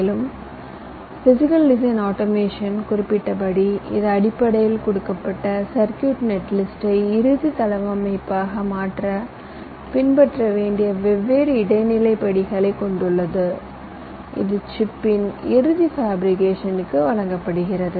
மேலும் physical design automation குறிப்பிட்டபடி இது அடிப்படையில் கொடுக்கப்பட்ட சர்க்யூட் நெட்லிஸ்டை இறுதி தளவமைப்பாக மாற்ற பின்பற்ற வேண்டிய வெவ்வேறு இடைநிலை படிகளைக் கொண்டுள்ளது இது சிப்பின் இறுதி ஃபேபிரிகேஷன்க்கு வழங்கப்படுகிறது